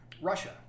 Russia